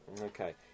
Okay